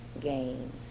games